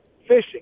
fishing